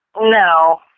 No